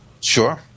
Sure